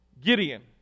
Gideon